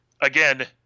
again